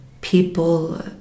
people